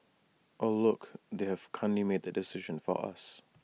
oh look they've kindly made the decision for us